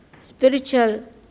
spiritual